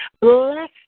Bless